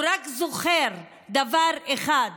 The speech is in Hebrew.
הוא רק זוכר דבר אחד: